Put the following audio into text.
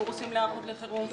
קורסים להיערכות לחירום.